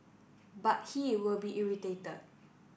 but he will be irritated